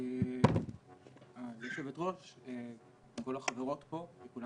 היושבת-ראש, תודה